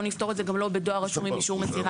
לא נפתור את זה גם לא בדואר רשום עם אישור מסירה.